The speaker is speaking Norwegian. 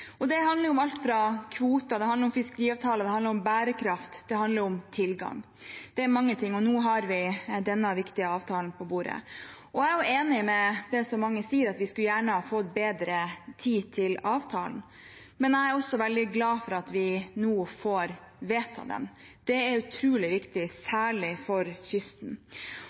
er mange ting, og nå har vi denne viktige avtalen på bordet. Jeg er enig i det som mange sier, at vi gjerne skulle ha fått bedre tid til avtalen. Jeg er også veldig glad for at vi nå får vedta den. Det er utrolig viktig, særlig for kysten.